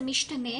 זה משתנה.